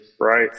right